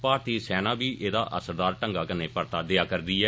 भारतीय सेना बी एहदा असरदार ढंगा नै परता देआ रदी ऐ